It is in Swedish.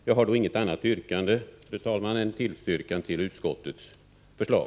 Jag har då inget annat yrkande, fru talman, än tillstyrkan till utskottets förslag.